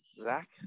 Zach